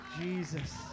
Jesus